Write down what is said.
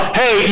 hey